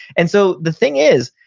and so the thing is,